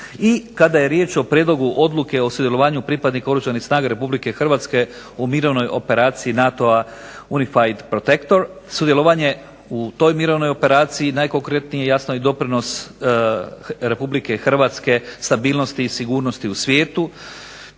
I kada je riječ o prijedlogu Odluke o sudjelovanju pripadnika Oružanih snaga RH u mirovnoj operaciji NATO-a "UNIFIED PROTECTOR" sudjelovanje u toj mirovnoj operaciji najkonkretnije jasno je doprinos RH stabilnosti i sigurnosti u svijetu.